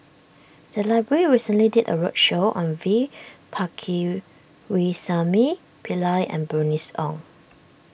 the library recently did a roadshow on V Pakirisamy Pillai and Bernice Ong